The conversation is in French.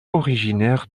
originaire